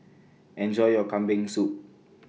Enjoy your Kambing Soup